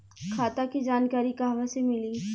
खाता के जानकारी कहवा से मिली?